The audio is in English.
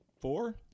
four